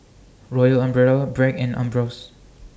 Royal Umbrella Bragg and Ambros